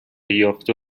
یافته